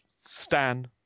Stan